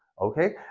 Okay